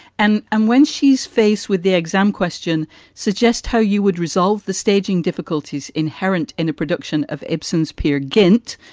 and and when she's faced with the exam question suggests how you would resolve the staging difficulties inherent in a production of ibsen's peer gynt.